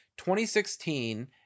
2016